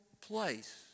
place